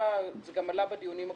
זה גם עלה בדיונים הקודמים,